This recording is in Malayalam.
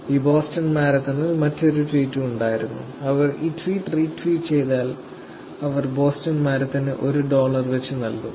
ഈ ബോസ്റ്റൺ മാരത്തണിൽ മറ്റൊരു ട്വീറ്റും ഉണ്ടായിരുന്നു അവർ ഈ ട്വീറ്റ് റീട്വീറ്റ് ചെയ്താൽ അവർ ബോസ്റ്റൺ മാരത്തണിന് 1 ഡോളർ നൽകും